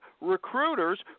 recruiters